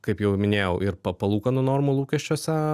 kaip jau minėjau ir pa palūkanų normų lūkesčiuose